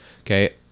Okay